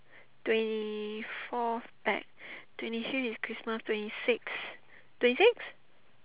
twenty four back twenty three is Christmas twenty six twenty six